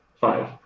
Five